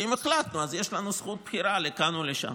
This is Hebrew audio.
כי אם החלטנו, יש לנו זכות בחירה לכאן או לשם.